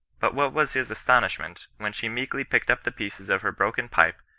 but what was his astonishment, when she meekly picked up the pieces of her broken pipe,